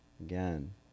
again